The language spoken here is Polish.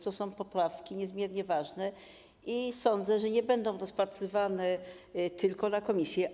To są poprawki niezmiernie ważne i sądzę, że będą rozpatrywane nie tylko w komisji.